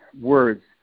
words